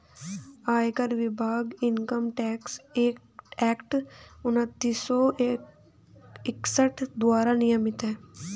आयकर विभाग Income Tax Act उन्नीस सौ इकसठ द्वारा नियमित है